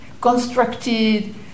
constructed